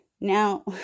now